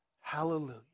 Hallelujah